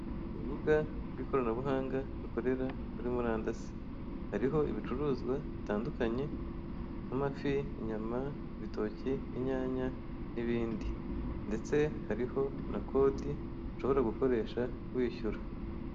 urubuga rw'ikoranabuhanga rukorera kuri murandasi hariho ibicuruzwa bitandukanye nk'amafi, inyama, ibitoki, inyanya nibindi ndetse hariho na kode ushobora gukoresha wishyura.